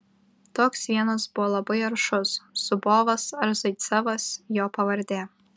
toks vienas buvo labai aršus zubovas ar zaicevas jo pavardė